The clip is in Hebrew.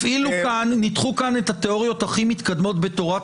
ניתחו כאן את התיאוריות הכי מתקדמות בתורת